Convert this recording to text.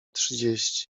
trzydzieści